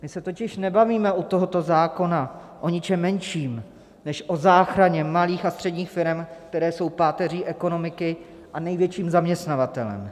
My se totiž nebavíme u tohoto zákona o ničem menším než o záchraně malých a středních firem, které jsou páteří ekonomiky a největším zaměstnavatelem.